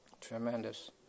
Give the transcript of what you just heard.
Tremendous